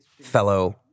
fellow